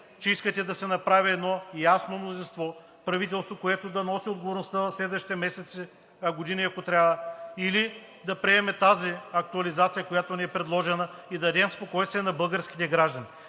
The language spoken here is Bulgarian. че искате да се направи едно ясно мнозинство с правителство, което да носи отговорността в следващите месеци и години, ако трябва, или да приемем тази актуализация, която ни е предложена, и да дадем спокойствие на българските граждани.